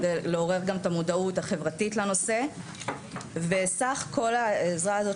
כדי לעורר גם את המודעות החברתית לנושא וסך כל העזרה הזאת